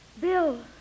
Bill